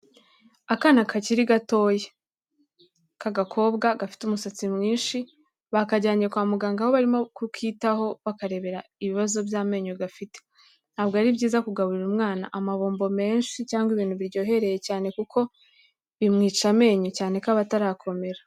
Akana kakiri gatoya k'agakobwa gafite umusatsi mwinshi, bakajyanye kwa muganga aho barimo kukitaho bakarebera ibibazo by'amenyo gafite. Ntabwo ari byiza kugaburira umwana amabombo menshi cyangwa ibintu biryohereye cyane kuko bimwica amenyo cyane ko aba atarakomera.